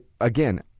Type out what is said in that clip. again